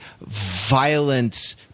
violence